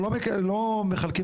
מכיר